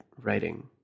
writing